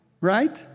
Right